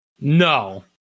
No